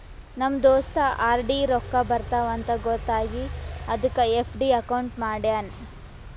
ನಮ್ ದೋಸ್ತ ಆರ್.ಡಿ ರೊಕ್ಕಾ ಬರ್ತಾವ ಅಂತ್ ಗೊತ್ತ ಆಗಿ ಅದಕ್ ಎಫ್.ಡಿ ಅಕೌಂಟ್ ಮಾಡ್ಯಾನ್